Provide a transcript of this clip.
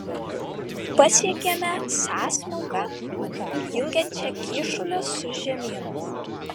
pasiekėme sąsmauką jungiančią kyšulį su žemynu